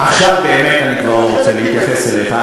עכשיו באמת אני כבר לא רוצה להתייחס אליך.